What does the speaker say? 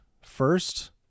first